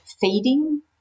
feeding